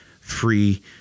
free